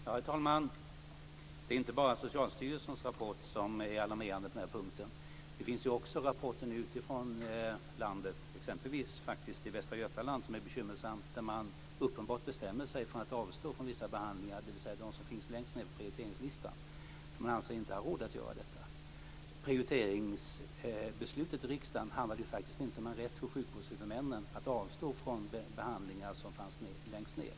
Herr talman! Det är inte bara Socialstyrelsens rapport som är alarmerande på den här punkten. Det finns också rapporter runt om i landet, exempelvis i Västra Götaland, där det är bekymmersamt. Man bestämmer sig uppenbarligen för att avstå från vissa behandlingar - de som finns längst ned på prioriteringslistan - därför att man inte anser sig ha råd. Prioriteringsbeslutet i riksdagen handlade faktiskt inte om en rätt för sjukvårdshuvudmännen att avstå från behandlingar som fanns längst ned.